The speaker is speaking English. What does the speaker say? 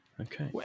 Okay